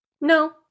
No